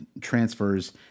transfers